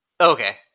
Okay